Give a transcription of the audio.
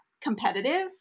competitive